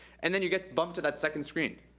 and then you get bumped to that second screen.